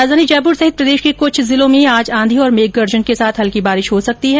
राजधानी जयपुर सहित प्रदेश के कुछ जिलों में आज आंधी और मेघ गर्जन के साथ हल्की बारिश हो सकती है